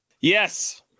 Yes